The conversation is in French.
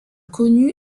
connu